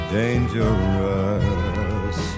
dangerous